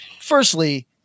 firstly